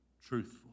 truthful